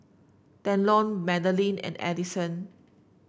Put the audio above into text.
Delton Magdalene and Addison